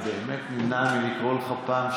אני באמת נמנע מלקרוא לך פעם שנייה.